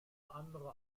andere